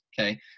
okay